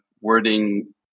wording